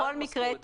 בכל מקרה,